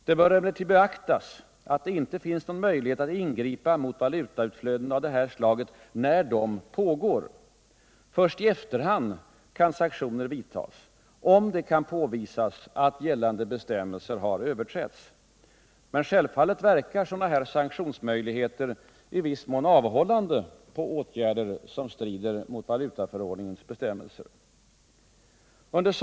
Det bör emellertid beaktas att det inte finns någon möjlighet att ingripa mot valutaflöden av det här slaget när dessa pågår. Först i efterhand kan sanktioner vidtas, om det kan påvisas att gällande bestämmelser överträtts. Självfallet verkar dylika sanktionsmöjligheter i viss mån avhållande på åtgärder som strider mot valutaförordningens bestämmelser.